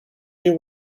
you